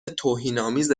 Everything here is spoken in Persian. توهینآمیز